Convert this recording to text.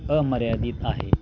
अमर्यादित आहे